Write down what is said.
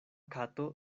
kato